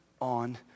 on